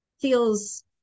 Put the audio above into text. feels